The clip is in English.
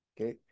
okay